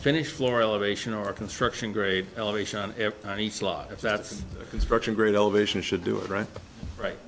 finished floor elevation or construction grade elevation if that's construction grade elevation should do it right right